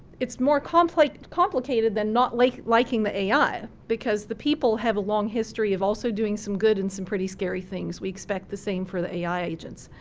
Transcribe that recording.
it's more complicated complicated than not like liking the ai, because the people have a long history of also doing some good and some pretty scary things. we expect the same for the ai agents.